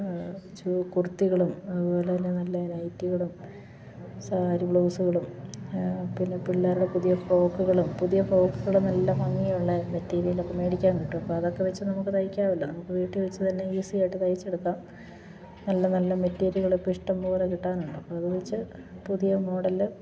കുർത്തികളും അതുപോലെന്നെ നല്ല നൈറ്റികളും സാരി ബ്ലൗസുകളും പിന്നെ പിള്ളേരുടെ പുതിയ ഫ്രോക്കുകളും പുതിയ ഫ്രോക്കുകളും നല്ല ഭംഗിയുള്ള മെറ്റീരിയലൊക്കെ മേടിക്കാൻ കിട്ടും അപ്പം അതൊക്കെ വച്ചു നമുക്ക് തയ്ക്കാമല്ലോ നമുക്ക് വീട്ടിൽ വച്ചു തന്നെ ഈസി ആയിട്ട് തയ്ച്ചെടുക്കാം നല്ല നല്ല മെറ്റീരിയല് ഇപ്പം ഇഷ്ടം പോലെ കിട്ടാനുണ്ട് അപ്പം അത് വച്ചു പുതിയ മോഡല്